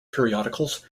periodicals